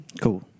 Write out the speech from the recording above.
cool